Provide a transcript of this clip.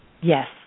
Yes